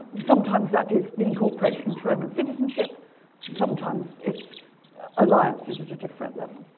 sometimes that is the incorporation into roman citizenship sometimes its alliances at a different level